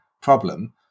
problem